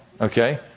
Okay